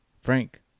Frank